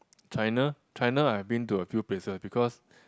China China I've been to a few places because